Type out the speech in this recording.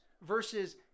versus